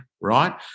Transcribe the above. right